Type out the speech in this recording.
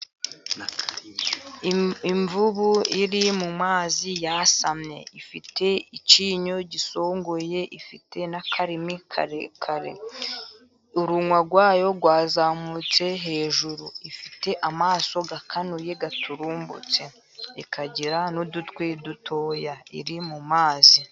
Imvubu iri mu mazi yasamye, ifite icyinyo gisongoye ifite n'akarimi karekare. Urunwa rwayo rwazamutse hejuru, ifite amaso akanuye aturumbutse. Ikagira n'udutwi dutoya, iri mu mazi.